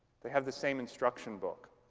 they have the same instruction book.